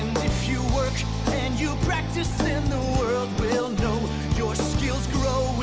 if you work and you practice then the world will know your skill's growing